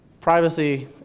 privacy